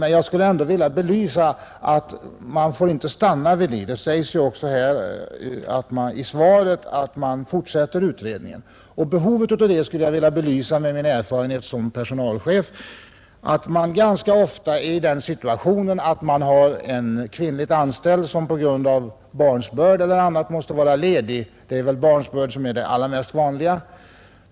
Men jag skulle ändå vilja betona att vi inte får stanna vid det. I svaret sägs ju också att man fortsätter utredningen. Behovet av det skulle jag vilja belysa med min erfarenhet som personalchef. Ganska ofta har man en kvinnlig anställd som på grund av barnsbörd eller andra omständigheter måste vara ledig — barnsbörd är väl det allra vanligaste.